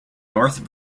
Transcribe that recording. north